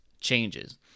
changes